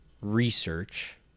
research